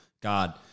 God